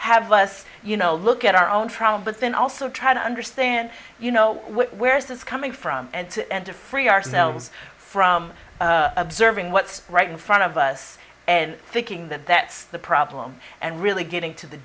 have us you know look at our own trauma but then also try to understand you know where this is coming from and to end to free ourselves from observing what's right in front of us and thinking that that's the problem and really getting to the